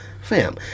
Fam